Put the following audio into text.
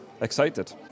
excited